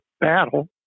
battle